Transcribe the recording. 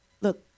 look